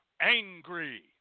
angry